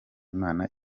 imana